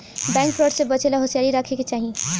bank fraud से बचे ला होसियारी राखे के चाही